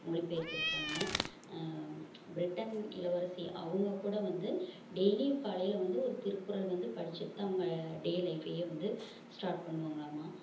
மொழிப் பெயர்த்துருக்குறாங்க ப்ரிட்டன் இளவரசி அவங்க கூட வந்து டெய்லியும் காலையில் வந்து ஒரு திருக்குறள் வந்து படிச்சிட்டு தான் அவங்க டே லைஃபையே வந்து ஸ்டார்ட் பண்ணுவாங்கலாமா